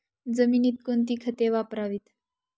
जमिनीत कोणती खते वापरावीत?